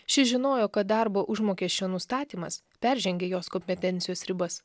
ši žinojo kad darbo užmokesčio nustatymas peržengia jos kompetencijos ribas